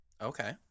Okay